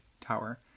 tower